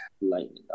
Lightning